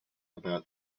about